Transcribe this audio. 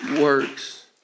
works